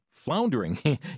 Floundering